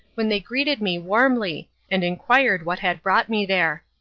when they greeted me warmly, and inquired what had brought me there.